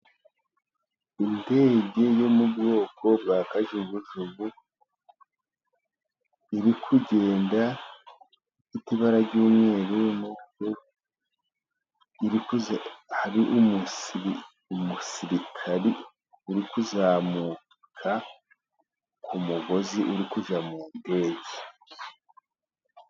Indege yo mu bwoko bwa kajugujugu iri ku kugenda ifite ibara ry'umweru mu iririkoze hari umu. umusirikari uri kuzamuka ku mugozi uri kujya mu ndege